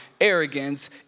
arrogance